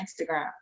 Instagram